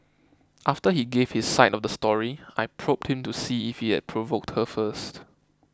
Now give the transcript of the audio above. after he gave his side of the story I probed him to see if he had provoked her first